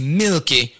milky